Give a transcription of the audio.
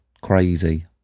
crazy